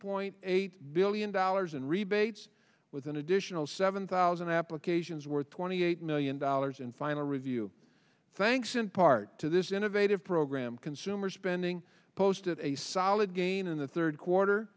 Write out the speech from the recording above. point eight billion dollars in rebates with an additional seven thousand applications worth twenty eight million dollars in final review thanks in part to this innovative program consumer spending posted a solid gain in the third quarter